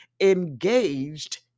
engaged